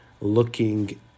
looking